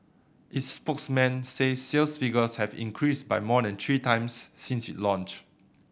its spokesman says sales figures have increased by more than three times since it launched